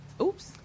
Oops